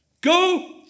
Go